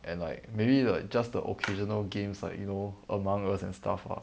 and like maybe like just the occasional games like you know among us and stuff ah